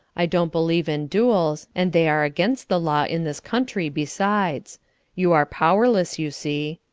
i don't believe in duels, and they are against the law in this country besides you are powerless, you see.